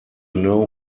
know